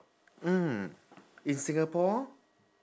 mm in singapore